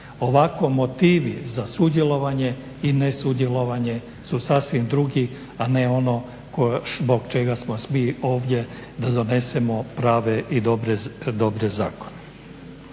Ovako motivi za sudjelovanje i nesudjelovanje su sasvim drugi, a ono zbog čega smo svi ovdje, da donesemo prave i dobre zakone.